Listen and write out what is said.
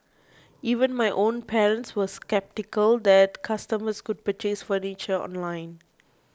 even my own parents were sceptical that customers could purchase furniture online